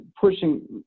pushing